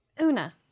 Una